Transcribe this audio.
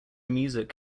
music